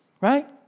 Right